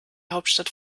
hauptstadt